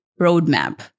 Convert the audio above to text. roadmap